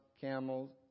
Camels